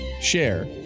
share